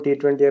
T20